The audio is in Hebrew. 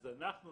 אז אנחנו,